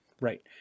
right